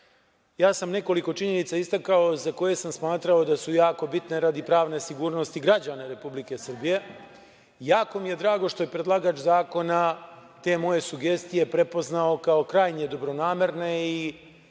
ja sam nekoliko činjenica istakao za koje sam smatrao da su jake bitne radi pravne sigurnosti građana Republike Srbije. Jako mi je drago što je predlagač zakona te moje sugestije prepoznao kao krajnje dobronamerne i